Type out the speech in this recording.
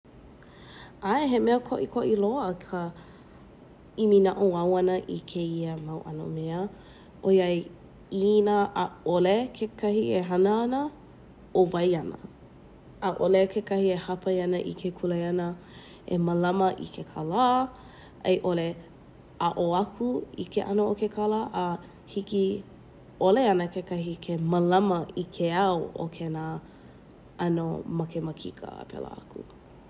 ʻAe, he mea koʻikoʻi loa akā imi naʻauao ana i kēia mau alo mea oiai inā ʻaʻole kekahi e hana ana owai ana ʻaʻole i kekahi hāpai ana i ke kuleana e mālama i ke kālā aiʻole aʻo aku i ke ano o ke kālā a hiki ʻole ana kekahi ke mālama i ke ao o kēnā ano makemakika a pēlā aku.